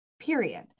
period